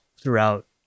throughout